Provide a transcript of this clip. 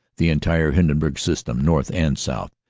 the entire hin denburg system, north and south,